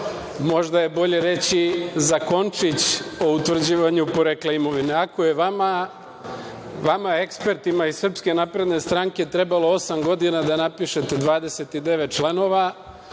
možda je bolje reći zakončić o utvrđivanju porekla imovine. Ako je vama ekspertima iz SNS trebalo osam godina da napišete 29 članova